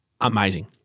amazing